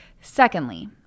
secondly